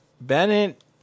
Bennett